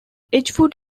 edgewood